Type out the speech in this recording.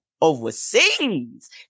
overseas